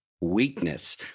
weakness